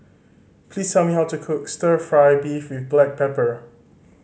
please tell me how to cook Stir Fry beef with black pepper